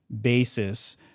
basis